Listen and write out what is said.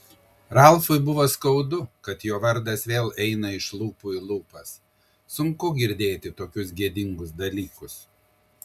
ralfui buvo skaudu kad jo vardas vėl eina iš lūpų į lūpas sunku girdėti tokius gėdingus dalykus